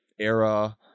era